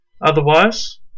Otherwise